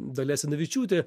dalia asanavičiūte